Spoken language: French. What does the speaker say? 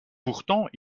pourtant